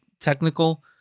technical –